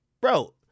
Bro